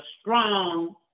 strong